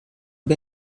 bên